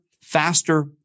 faster